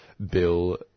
bill